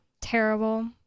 Terrible